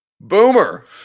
Boomer